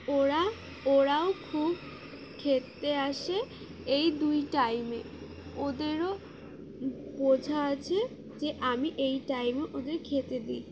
ওরা ওরাও খুব খেতে আসে এই দুই টাইমে ওদেরও বোঝা আছে যে আমি এই টাইমে ওদের খেতে দিই